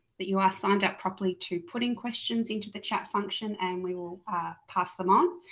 that you are signed up properly to put in questions into the chat function and we will pass them on.